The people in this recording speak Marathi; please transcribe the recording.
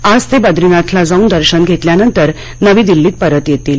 आज ते बदरीनाथला जाऊन दर्शन घेतल्यानंतर नवी दिल्लीला परत येतील